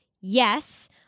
yes